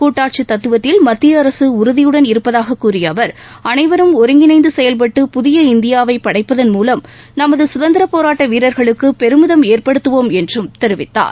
கூட்டாட்சி தத்துவத்தில் மத்திய அரசு உறுதியுடன் இருப்பதாக கூறிய அவர் அனைவரும் ஒருங்கிணைந்து செயல்டட்டு புதிய இந்தியாவை படைப்பதன் மூலம் நமது சுதந்திரப் போராட்ட வீரர்களுக்கு பெருமிதம் ஏற்படுத்துவோம் என்றும் தெரிவித்தார்